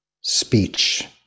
speech